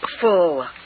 full